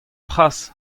bras